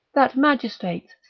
that magistrates,